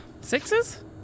Sixes